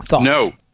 No